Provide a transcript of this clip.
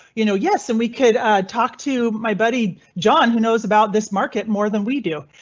you know, yes, and we could talk to my buddy john who knows about this market more than we do.